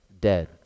dead